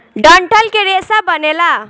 डंठल के रेसा बनेला